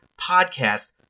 PODCAST